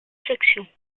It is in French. sections